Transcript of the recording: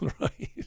right